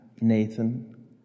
Nathan